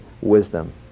wisdom